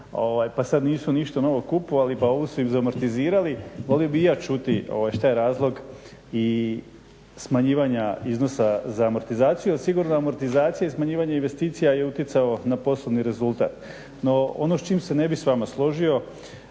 pa sada nisu ništa novo kupovali pa ovu su izamortizirali, volio bih i ja čuti šta je razlog i smanjivanja iznosa za amortizaciju. Jer sigurno amortizacija i smanjivanje investicija je utjecalo na poslovni rezultat. No, ono s čime se ne bih s vama složio,